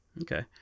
okay